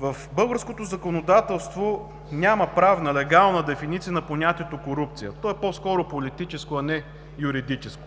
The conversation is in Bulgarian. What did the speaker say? В българското законодателство няма правна, легална дефиниция на понятието „корупция“. То е по-скоро политическо, а не юридическо.